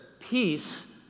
peace